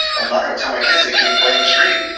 i'm not going to tell my kids they can't play in the street. and